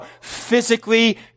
physically